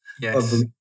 Yes